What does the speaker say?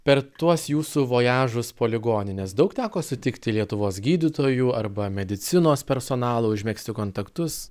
per tuos jūsų vojažus po ligonines daug teko sutikti lietuvos gydytojų arba medicinos personalo užmegzti kontaktus